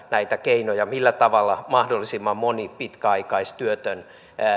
näitä keinoja millä tavalla mahdollisimman moni pitkäaikaistyötön